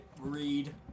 read